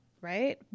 right